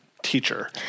Teacher